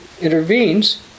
intervenes